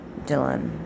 Dylan